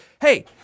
hey